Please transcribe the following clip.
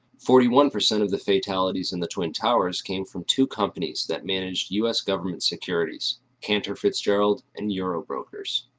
forty one percent of the fatalities in the twin towers came from two companies that managed u s. government securities cantor fitzgerald and eurobrokers.